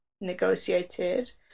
negotiated